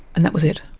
and that was it.